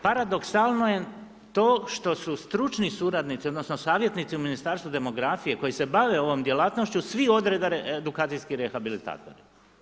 Paradoksalno je to što su stručni suradnici odnosno savjetnici u Ministarstvu demografije koji se bave ovom djelatnošću svi odreda edukacijski rehabilitatori.